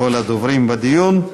הדוברים בדיון.